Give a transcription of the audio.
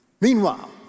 Meanwhile